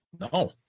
No